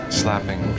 slapping